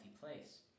place